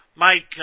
Mike